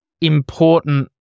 important